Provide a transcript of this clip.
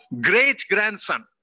great-grandson